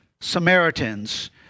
Samaritans